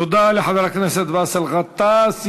תודה לחבר הכנסת באסל גטאס.